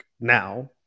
now